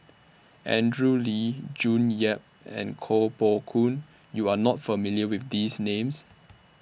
Andrew Lee June Yap and Koh Poh Koon YOU Are not familiar with These Names